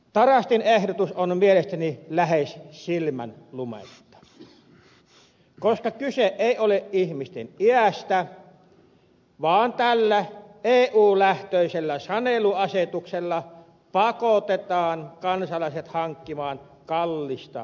tarastin ehdotus on mielestäni lähes silmänlumetta koska kyse ei ole ihmisten iästä vaan tällä eu lähtöisellä saneluasetuksella pakotetaan kansalaiset hankkimaan kallista tekniikkaa